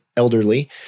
elderly